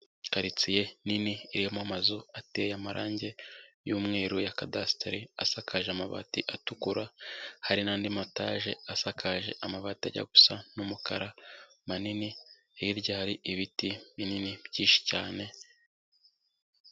Karitsiye nini irimo amazu ateye amarangi y'umweru ya kadasiteri asakaje amabati atukura, hari n'andi matage asakaje amabati ajya gusa n'umukara manini, hirya hari ibiti binini byinshi cyane.